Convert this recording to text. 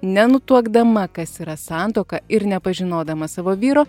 nenutuokdama kas yra santuoka ir nepažinodama savo vyro